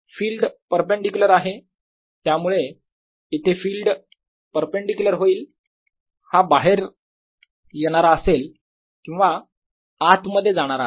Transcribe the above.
field perpendicular आहे त्यामुळे इथे फिल्ड परपेंडीक्युलर होईल हा बाहेर येणार असेल किंवा आत मध्ये जाणारा असेल